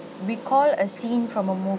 recall a scene from a movie